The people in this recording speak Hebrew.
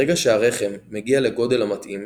ברגע שהרחם מגיע לגודל המתאים,